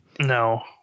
no